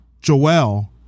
Joel